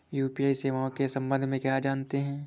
UPI सेवाओं के संबंध में क्या जानते हैं?